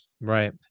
Right